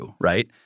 right